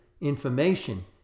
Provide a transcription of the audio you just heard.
information